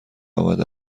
آمده